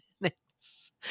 minutes